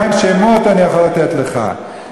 אני יכול לתת לך את השמות.